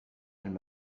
elles